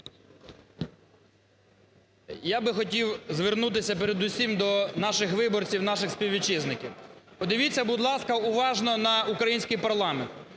Я би хотів звернутися передусім до наших виборців, наших співвітчизників. Подивіться, будь ласка, уважно на український парламент.